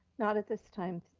not at this time,